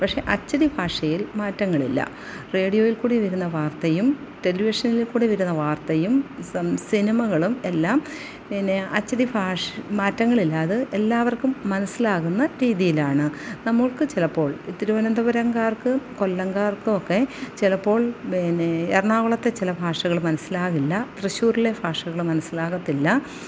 പക്ഷെ അച്ചടി ഭാഷയിൽ മാറ്റങ്ങളില്ല റേഡിയോയിൽക്കൂടി വരുന്ന വാർത്തയും ടെലിവിഷനിൽക്കൂടി വരുന്ന വാർത്തയും സം സിനിമകളും എല്ലാം പിന്നെ അച്ചടി ഭാഷ് മാറ്റങ്ങളില്ല അത് എല്ലാവർക്കും മനസ്സിലാകുന്ന രീതിയിലാണ് നമ്മൾക്ക് ചിലപ്പോൾ തിരുവനന്തപുരംകാർക്ക് കൊല്ലംകാർക്കും ഒക്കെ ചിലപ്പോൾ പിന്നെ എറണാകുളത്ത് ചില ഭാഷകൾ മനസ്സിലാകില്ല തൃശ്ശൂരിലെ ഭാഷകളും മനസ്സിലാകത്തില്ല